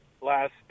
last